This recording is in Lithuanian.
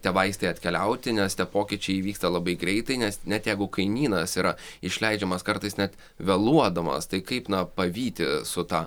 tie vaistai atkeliauti nes tie pokyčiai įvyksta labai greitai nes net jeigu kainynas yra išleidžiamas kartais net vėluodamas tai kaip na pavyti su ta